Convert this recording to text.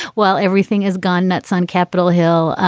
well everything has gone nuts on capitol hill.